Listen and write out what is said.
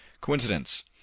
Coincidence